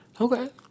Okay